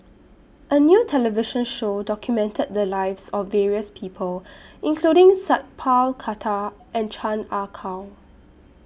A New television Show documented The Lives of various People including Sat Pal Khattar and Chan Ah Kow